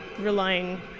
relying